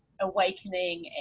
Awakening